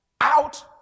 out